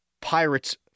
Pirates